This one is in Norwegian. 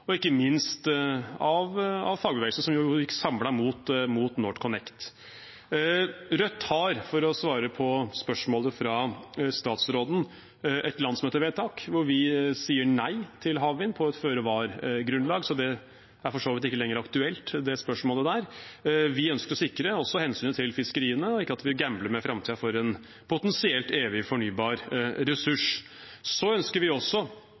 og ikke minst av fagbevegelsen, som gikk samlet mot NorthConnect. Rødt har – for å svare på spørsmålet fra statsråden – et landsmøtevedtak der vi sier nei til havvind på et føre-var-grunnlag, så det spørsmålet er for så vidt ikke lenger aktuelt. Vi ønsker også å sikre hensynet til fiskeriene og at vi ikke gambler med framtiden for en potensielt evig fornybar ressurs. Vi ønsker også